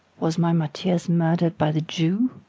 was my mathias murder'd by the jew?